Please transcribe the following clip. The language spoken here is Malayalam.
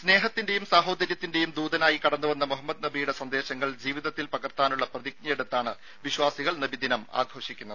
സ്നേഹത്തിൻെറയും സാഹോദര്യത്തിൻെറയും ദൂതനായി കടന്നുവന്ന മുഹമ്മദ് നബിയുടെ സന്ദേശങ്ങൾ ജീവിതത്തിൽ പകർത്താനുള്ള പ്രതിജ്ഞയെടുത്താണ് വിശ്വാസികൾ നബിദിനം ആഘോഷിക്കുന്നത്